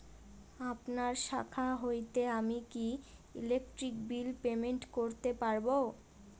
আপনার শাখা হইতে আমি কি ইলেকট্রিক বিল পেমেন্ট করতে পারব?